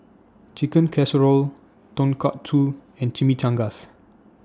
Chicken Casserole Tonkatsu and Chimichangas